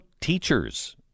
teachers